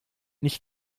nicht